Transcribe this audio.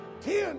ten